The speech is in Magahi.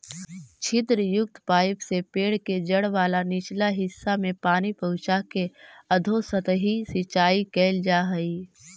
छिद्रयुक्त पाइप से पेड़ के जड़ वाला निचला हिस्सा में पानी पहुँचाके अधोसतही सिंचाई कैल जा हइ